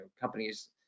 companies